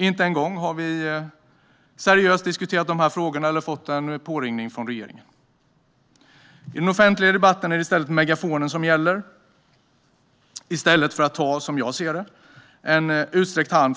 Inte en enda gång har vi diskuterat dessa frågor seriöst, och Alliansen har heller inte fått någon påringning från regeringen. I den offentliga debatten är det megafonen som gäller. Regeringssidan hade i stället kunnat ta Alliansens utsträckta hand